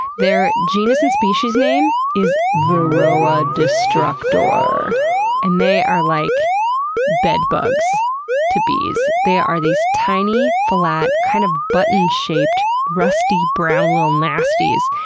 their genus and species name is varroa destructor and they are like bed bugs to bees. they are these tiny, flat, kind of button-shaped, rusty brown little nasties.